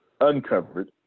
uncovered